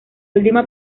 última